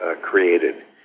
created